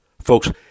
Folks